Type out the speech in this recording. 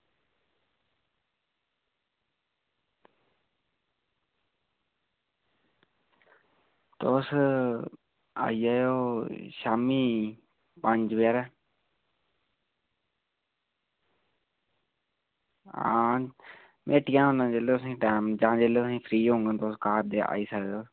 तुस आई जाएओ शाम्मीं पंज बजे हारे हां में हट्टिया गै होना जिसलै तुसेंगी टैम जां जेल्लै तुसेंगी फ्री होङ घर ते आई सकदे